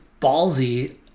ballsy